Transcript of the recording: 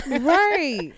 right